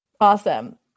awesome